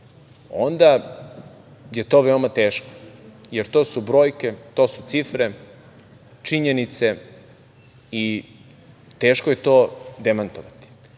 onda je to veoma teško, jer to su brojke, to su cifre, činjenice i teško je to demantovati.